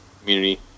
community